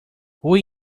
fue